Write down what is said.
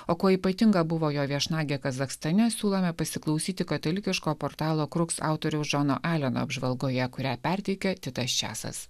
o kuo ypatinga buvo jo viešnagė kazachstane siūlome pasiklausyti katalikiško portalo kruks autoriaus džono aleno apžvalgoje kurią perteikia titas časas